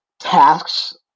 tasks